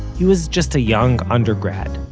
he was just a young undergrad,